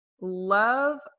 love